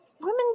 women